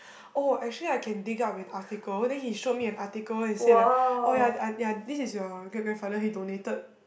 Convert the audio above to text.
oh actually I can dig out an article then he showed me an article he said like oh ya ya ya this is your great grandfather he donated